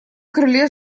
крыле